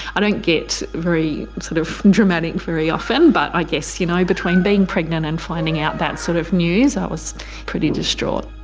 i don't get very sort of dramatic very often but i guess you know between being pregnant and finding out that sort of news, i was pretty distraught.